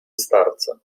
starca